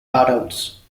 adults